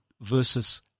versus